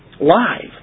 live